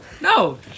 no